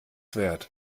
wert